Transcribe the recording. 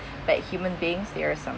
but human beings there are some